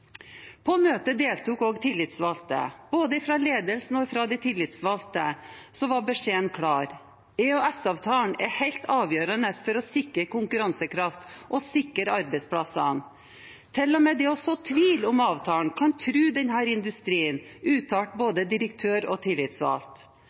På møtet deltok også tillitsvalgte. Både fra ledelsen og fra de tillitsvalgte var beskjeden klar: EØS-avtalen er helt avgjørende for å sikre konkurransekraften og sikre arbeidsplassene. Til og med det å så tvil om avtalen kan true denne industrien,